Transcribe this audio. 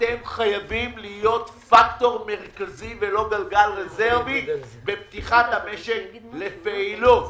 אתם חייבים להיות פקטור מרכזי ולא גלגל רזרבי בפתיחת המשק לפעילות.